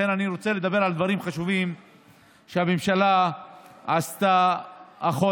לכן אני רוצה לדבר על דברים חשובים שהממשלה עשתה החודש, רק